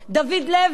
דוד לוי.